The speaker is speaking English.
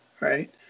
right